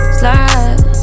slide